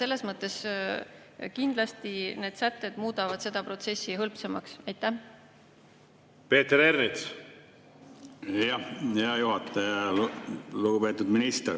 Selles mõttes kindlasti need sätted muudavad seda protsessi hõlpsamaks. Peeter Ernits. Peeter Ernits. Hea juhataja! Lugupeetud minister!